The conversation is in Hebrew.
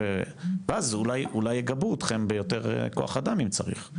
ואז אולי יגבו אתכם ביותר כוח אדם אם צריך.